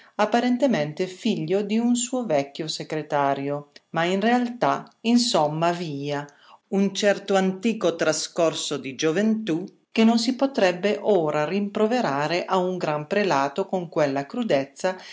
apparentemente figlio di un suo vecchio segretario ma in realtà insomma via un certo antico trascorso di gioventù che non si potrebbe ora rimproverare a un gran prelato con quella crudezza